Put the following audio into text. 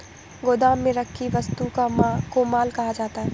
गोदाम में रखी वस्तु को माल कहा जाता है